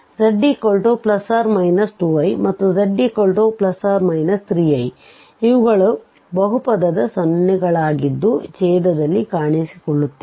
ಆದ್ದರಿಂದ z±2iಮತ್ತು z±3i ಇವುಗಳು ಬಹುಪದದ ಸೊನ್ನೆಗಳಾಗಿದ್ದು ಛೇದದಲ್ಲಿ ಕಾಣಿಸಿಕೊಳ್ಳುತ್ತಿದೆ